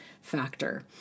factor